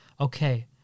okay